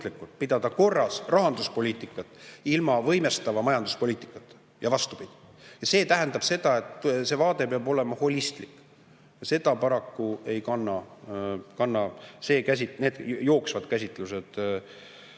korras hoida rahanduspoliitikat ilma võimestava majanduspoliitikata ja vastupidi. See tähendab seda, et see vaade peab olema holistlik. Seda paraku ei kanna need jooksvad käsitlused,